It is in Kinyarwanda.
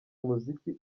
umuziki